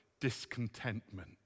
Discontentment